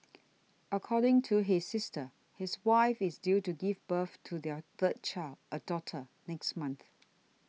according to his sister his wife is due to give birth to their third child a daughter next month